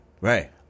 Right